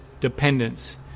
dependence